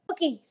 Okay